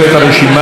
מי שרוצה,